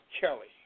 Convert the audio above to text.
Kelly